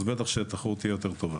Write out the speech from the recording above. אז בטח שהתחרות תהיה יותר טובה.